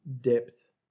depth